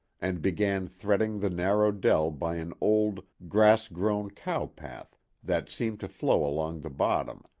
and began threading the narrow dell by an old, grass-grown cow-path that seemed to flow along the bottom,